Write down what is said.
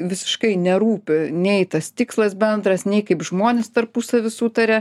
visiškai nerūpi nei tas tikslas bendras nei kaip žmonės tarpusavy sutaria